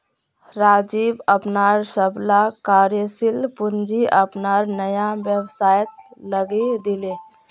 राजीव अपनार सबला कार्यशील पूँजी अपनार नया व्यवसायत लगइ दीले